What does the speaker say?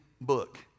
book